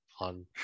on